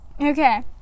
Okay